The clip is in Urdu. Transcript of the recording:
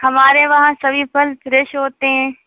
ہمارے وہاں سبھی پھل فریش ہوتے ہیں